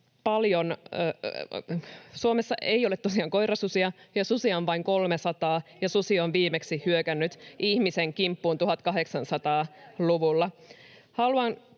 Suomessa ei ole tosiaan koirasusia ja susia on vain 300 ja susi on viimeksi hyökännyt ihmisen kimppuun 1800-luvulla.